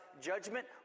judgment